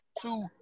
two